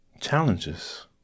Challenges